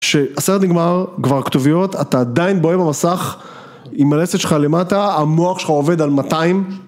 כשהסרט נגמר כבר, כתוביות אתה עדיין בוהה במסך עם הלסת שלך למטה, המוח שלך עובד על 200